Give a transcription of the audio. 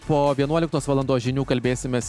po vienuoliktos valandos žinių kalbėsimės